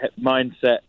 mindset